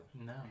No